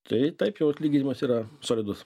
tai taip jau atlyginimas yra solidus